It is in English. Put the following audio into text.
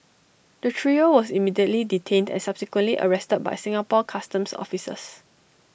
the trio was immediately detained and subsequently arrested by Singapore Customs officers